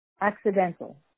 accidental